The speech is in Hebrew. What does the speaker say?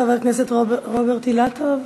חבר הכנסת רוברט אילטוב,